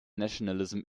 nationalism